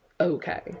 okay